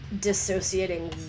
dissociating